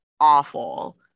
awful